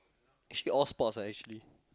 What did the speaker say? actually all sports lah actually